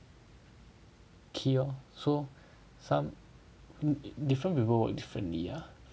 okay lor so some different people work differently ah